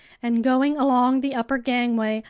and going along the upper gangway,